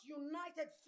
united